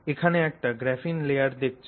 এখানে একটা graphene layer দেখছ